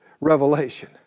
revelation